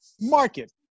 market